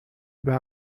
بحق